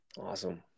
Awesome